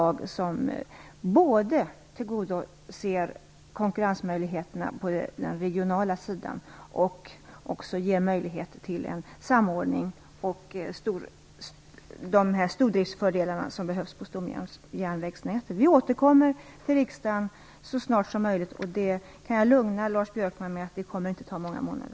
Förslaget skall både tillgodose konkurrensmöjligheterna på den regionala sidan och ge möjligheter till en samordning och de stordriftsfördelar som behövs på stomjärnvägsnätet. Vi återkommer som sagt till riksdagen så snart som möjligt. Jag kan lugna Lars Björkman med att det inte kommer att dröja många månader.